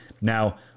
Now